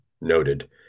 noted